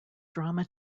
drama